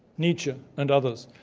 nietzsche and others,